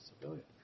civilian